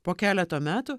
po keleto metų